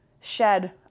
shed